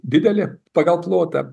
didelė pagal plotą